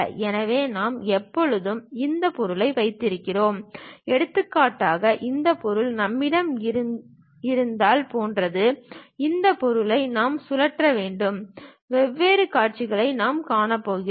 எனவே நாம் எப்போதும் இந்த பொருளை வைத்திருக்கிறோம் எடுத்துக்காட்டாக இந்த பொருள் நம்மிடம் இருந்தால் போன்றது இந்த பொருளை நாம் சுழற்ற வேண்டும் வெவ்வேறு காட்சிகளை நாம் காணப்போகிறோம்